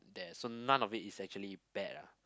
ya so none of it is actually bad ah